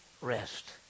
rest